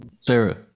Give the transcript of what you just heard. sarah